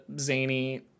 zany